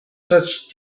such